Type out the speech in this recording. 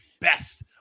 best